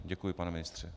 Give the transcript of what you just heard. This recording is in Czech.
Děkuji, pane ministře.